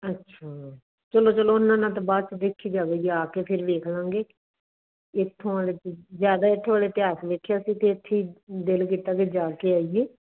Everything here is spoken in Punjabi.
ਅੱਛਾ ਚਲੋ ਚਲੋ ਉਹਨਾਂ ਨਾਲ ਤਾਂ ਬਾਅਦ 'ਚ ਦੇਖੀ ਜਾਵੇਗੀ ਆ ਕੇ ਫਿਰ ਵੇਖ ਲਾਂਗੇ ਇੱਥੋਂ ਜ਼ਿਆਦਾ ਇੱਥੋਂ ਵਾਲੇ ਇਤਿਹਾਸ ਵੇਖਿਆ ਸੀ ਅਤੇ ਇੱਥੇ ਦਿਲ ਕੀਤਾ ਕਿ ਜਾ ਕੇ ਆਈਏ